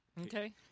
Okay